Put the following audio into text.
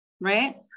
right